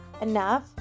enough